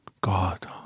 God